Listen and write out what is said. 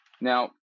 Now